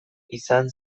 izan